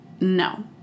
No